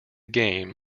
game